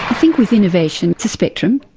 think with innovation, it's a spectrum.